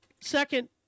Second